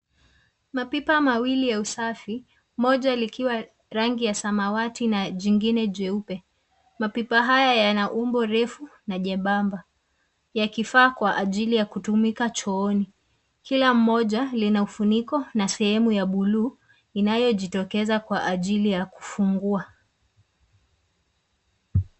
Mapipa mawili ya kuhifadhi taka, moja la rangi ya samawati na jingine jeupe. Mapipa haya yana umbo refu na nyembamba, yameundwa mahsusi kwa matumizi ya chooni. Kila pipa lina kifuniko na sehemu ya duara inayojitokeza juu kwa ajili ya kufungulia